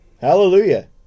Hallelujah